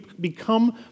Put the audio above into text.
become